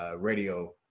radio